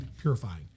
purifying